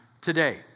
today